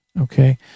okay